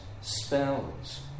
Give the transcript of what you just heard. spells